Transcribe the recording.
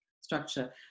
structure